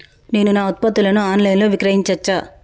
నేను నా ఉత్పత్తులను ఆన్ లైన్ లో విక్రయించచ్చా?